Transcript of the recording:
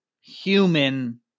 human